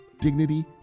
dignity